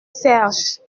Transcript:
serge